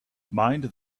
mind